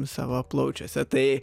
savo plaučiuose tai